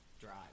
drive